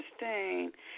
Interesting